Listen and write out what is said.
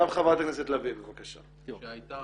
חברת הכנסת לביא, בבקשה, שהייתה